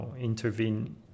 intervene